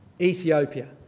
Ethiopia